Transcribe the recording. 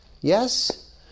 Yes